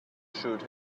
shoot